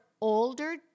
older